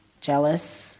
jealous